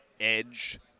edge